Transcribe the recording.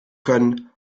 können